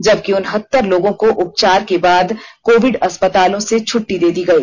जबकि उनहतर वहीं लोगों को उपचार के बाद कोविड अस्पतालों से छुट्टी दे दी गई